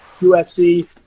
UFC